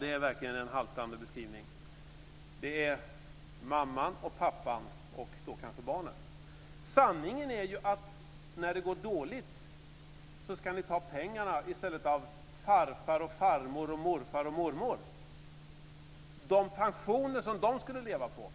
Det är verkligen en haltande beskrivning. Det är mamman och pappan och kanske barnen. Sanningen är ju att när det går dåligt ska ni i stället ta pengarna av farfar, farmor, morfar och mormor och de pensioner som de skulle leva på.